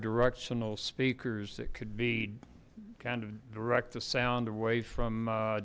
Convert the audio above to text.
directional speakers that could be kind of direct the sound away from